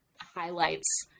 highlights